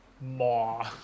maw